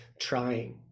trying